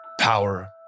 power